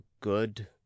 good